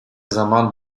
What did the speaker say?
zaman